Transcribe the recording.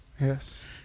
Yes